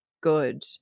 good